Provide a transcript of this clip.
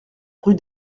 rue